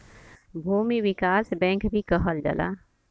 भूमि विकास बैंक भी कहल जाला